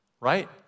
Right